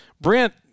Brent –